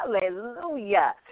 hallelujah